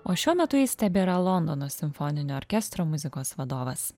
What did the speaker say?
o šiuo metu jis tebėra londono simfoninio orkestro muzikos vadovas